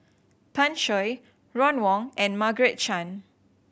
Pan Shou Ron Wong and Margaret Chan